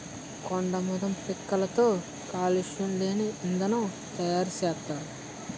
కొండాముదం పిక్కలతో కాలుష్యం లేని ఇంధనం తయారు సేత్తారు